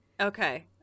Okay